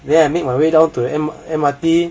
then I made my way down to the M~ M_R_T